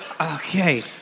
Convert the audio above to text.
Okay